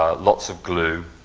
lots of glue.